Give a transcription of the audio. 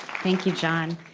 thank you, john.